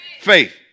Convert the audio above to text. faith